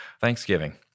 Thanksgiving